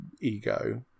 ego